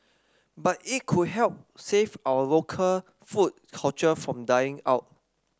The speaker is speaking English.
but it could help save our local food culture from dying out